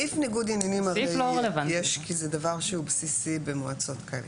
סעיף ניגוד עניינים הרי יש כי זה דבר שהוא בסיסי במועצות כאלה.